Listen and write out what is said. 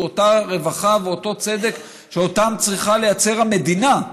אותה רווחה ואותו צדק שאותם צריכה לייצר המדינה.